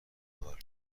انتقال